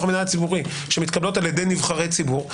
המינהל הציבורי שמתקבלות על ידי נבחרי ציבור,